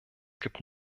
gibt